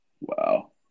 Wow